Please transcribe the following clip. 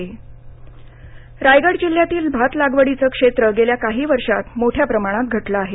voice cast Raigad Raigad जिल्ह्यातील भात लागवडीचं क्षेत्र गेल्या काही वर्षांत मोठ्या प्रमाणात घटलं आहे